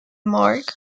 mark